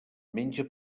menja